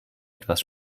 etwas